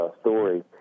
story